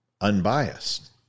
unbiased